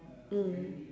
mm